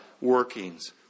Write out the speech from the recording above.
workings